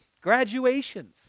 Graduations